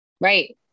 Right